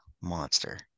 monster